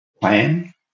plan